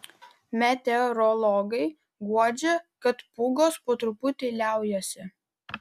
meteorologai guodžia kad pūgos po truputį liaujasi